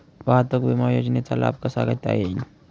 वाहतूक विमा योजनेचा लाभ कसा घेता येईल?